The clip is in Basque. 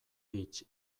beach